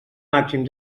màxim